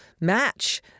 match